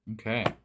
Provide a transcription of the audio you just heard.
Okay